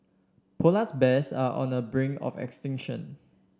polars bears are on the brink of extinction